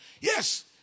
Yes